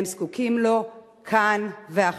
הם זקוקים לו כאן ועכשיו.